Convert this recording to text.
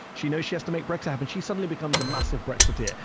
she knows she has to make brexit happen. she suddenly becomes a massive brexiteer.